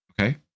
okay